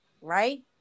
Right